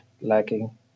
lacking